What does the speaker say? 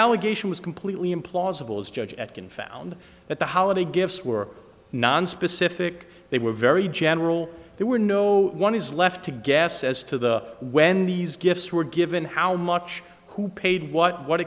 allegation was completely implausible as judge at can found that the holiday gifts were nonspecific they were very general there were no one is left to guess as to the when these gifts were given how much who paid what what